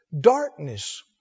darkness